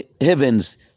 heavens